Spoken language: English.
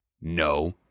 No